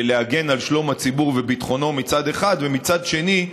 להגן על שלום הציבור וביטחונו מצד אחד, ומצד שני,